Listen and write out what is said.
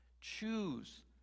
choose